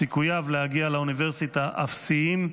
סיכוייו להגיע לאוניברסיטה אפסיים,